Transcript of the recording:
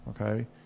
okay